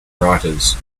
writers